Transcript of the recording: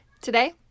today